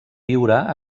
viure